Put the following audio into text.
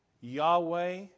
Yahweh